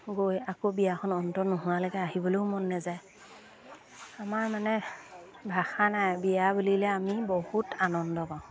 গৈ আকৌ বিয়াখন অন্ত নোহোৱালৈকে আহিবলৈয়ো মন নেযায় আমাৰ মানে ভাষা নাই বিয়া বুলিলে আমি বহুত আনন্দ পাওঁ